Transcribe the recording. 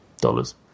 dollars